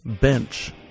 BENCH